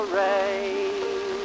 rain